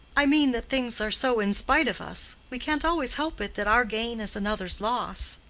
i mean that things are so in spite of us we can't always help it that our gain is another's loss.